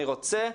אני רוצה,